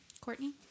Courtney